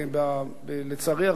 לצערי הרב,